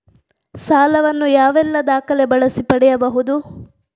ಸಾಲ ವನ್ನು ಯಾವೆಲ್ಲ ದಾಖಲೆ ಬಳಸಿ ಪಡೆಯಬಹುದು?